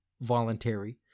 voluntary